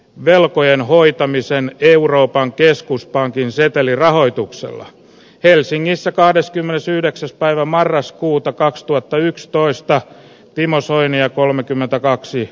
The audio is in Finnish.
velkojen hoitamiseen euroopan keskuspankin setelirahoituksella helsingissä kahdeskymmenesyhdeksäs päivä marraskuuta kaksituhattayksitoista timo soinia kolmekymmentäkaksi